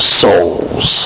souls